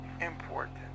important